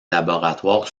laboratoires